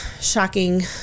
shocking